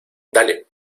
dale